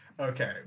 Okay